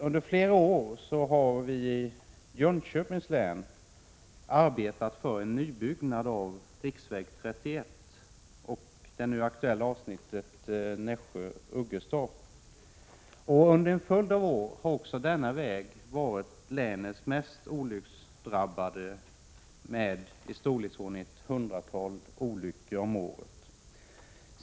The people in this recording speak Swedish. Under flera år har vi i Jönköpings län arbetat för en nybyggnad av riksväg 31 och det nu aktuella avsnittet Nässjö-Öggestorp. Under en följd av år har denna väg varit länets mest olycksdrabbade med i storleksordningen ett hundratal olyckor om året.